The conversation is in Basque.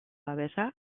babesa